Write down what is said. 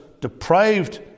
deprived